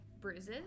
Bruises